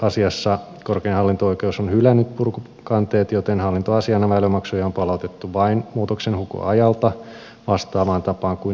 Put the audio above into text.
väylämaksuasiassa korkein hallinto oikeus on hylännyt purkukanteet joten hallintoasiana väylämaksuja on palautettu vain muutoksenhakuajalta vastaavaan tapaan kuin elv asioissa